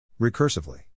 Recursively